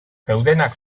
zeudenak